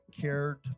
cared